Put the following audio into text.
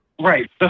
Right